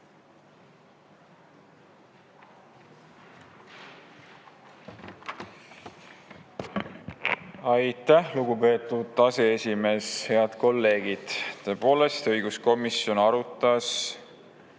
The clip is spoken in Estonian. Aitäh, lugupeetud aseesimees! Head kolleegid! Tõepoolest, õiguskomisjon arutas